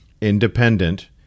independent